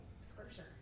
scripture